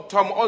Tom